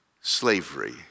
slavery